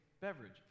beverage